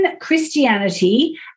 Christianity